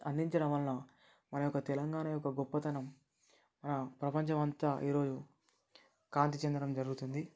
అందించడం వలన మన యొక్క తెలంగాణ యొక్క గొప్పతనం మన ప్రపంచం అంతా ఈ రోజు కాంతి చెందడం జరుగుతుంది